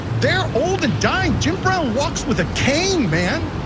they're old and dying. jim brown walks with a cane, man.